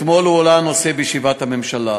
אתמול הועלה הנושא בישיבת הממשלה,